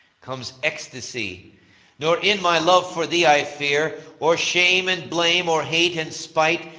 comes ecstasy nor in my love for thee i fear or shame and blame, or hate and spite.